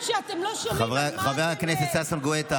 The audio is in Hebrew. חבר הכנסת טייב.